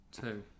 Two